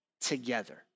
together